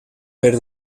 per